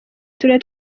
turere